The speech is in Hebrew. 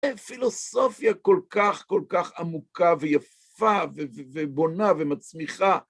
פילוסופיה כל כך, כל כך עמוקה ויפה ובונה ומצמיחה.